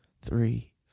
three